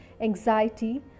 anxiety